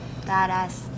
badass